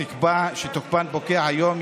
שתוקפן פוקע היום,